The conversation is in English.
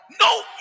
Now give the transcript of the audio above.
no